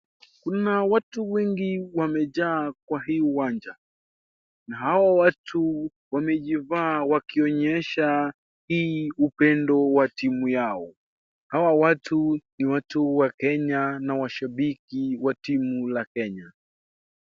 Kuna watu wengi wamejaa kwa hii uwanja .Na hao watu wamejiiva wakionyesha hii upendo kwa timu yao .Hawa watu ni watu wa kenya na washabiki wa timu la Kenya.